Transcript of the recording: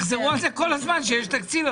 תחזרו על זה כל הזמן, שיש תקציב.